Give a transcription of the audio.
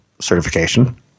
certification